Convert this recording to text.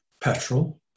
petrol